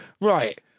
right